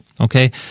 Okay